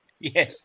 Yes